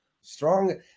strong